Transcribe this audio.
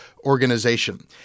Organization